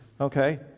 Okay